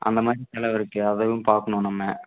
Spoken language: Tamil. அந்த மாதிரி செலவு இருக்குது அதையும் பார்க்கணும் நம்ம